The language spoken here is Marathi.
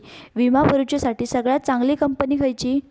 विमा भरुच्यासाठी सगळयात चागंली कंपनी खयची?